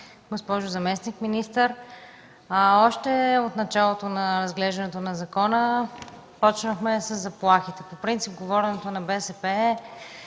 госпожо заместник-министър! Още от началото на разглеждането на закона започнахме със заплахите. По принцип говоренето на БСП е: